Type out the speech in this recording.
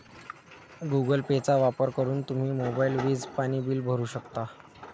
Google पेचा वापर करून तुम्ही मोबाईल, वीज, पाणी बिल भरू शकता